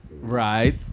Right